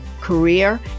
career